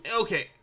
okay